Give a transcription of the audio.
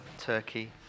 Turkey